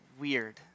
weird